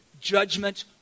Judgment